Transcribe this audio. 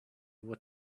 what